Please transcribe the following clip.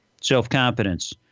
Self-confidence